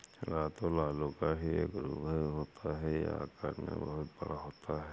रतालू आलू का ही एक रूप होता है यह आकार में बहुत बड़ा होता है